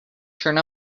turn